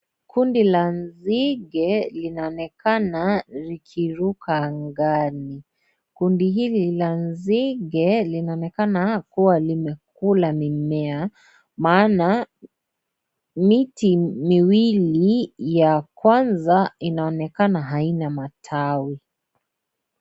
Kundi la nzige linaonekana likiruka angani, kundi hili la nzige linaonekana kuwa limekula mimea maana miti miwili ya kwanza inaonekana haina matawi.